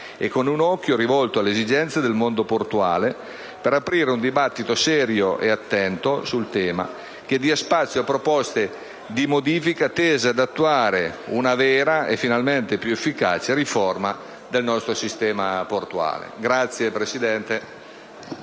e con un occhio rivolto alle esigenze del mondo portuale per aprire un dibattito serio e attento sul tema, che dia spazio a proposte di modifica tese ad attuare una vera e, finalmente, più efficace riforma del nostro sistema portuale. *(Applausi